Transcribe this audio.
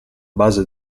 base